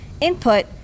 input